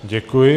Děkuji.